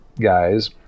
guys